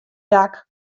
dak